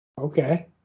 Okay